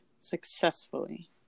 successfully